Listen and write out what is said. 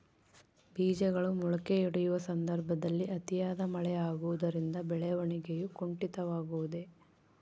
ಬೇಜಗಳು ಮೊಳಕೆಯೊಡೆಯುವ ಸಂದರ್ಭದಲ್ಲಿ ಅತಿಯಾದ ಮಳೆ ಆಗುವುದರಿಂದ ಬೆಳವಣಿಗೆಯು ಕುಂಠಿತವಾಗುವುದೆ?